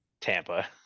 tampa